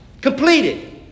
completed